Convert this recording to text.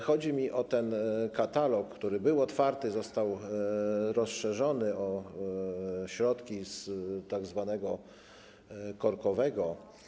Chodzi mi o katalog, który był otwarty, został rozszerzony o środki z tzw. korkowego.